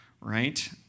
right